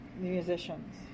musicians